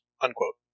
unquote